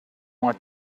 want